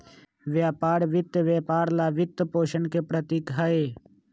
व्यापार वित्त व्यापार ला वित्तपोषण के प्रतीक हई,